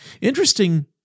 Interesting